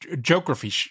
geography